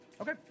Okay